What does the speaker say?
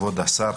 כבוד השר,